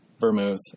vermouth